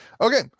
Okay